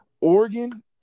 Oregon